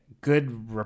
Good